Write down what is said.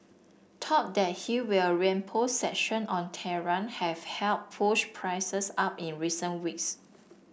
talk that he will reimpose sanction on Tehran have helped push prices up in recent weeks